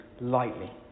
lightly